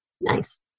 Nice